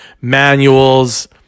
manuals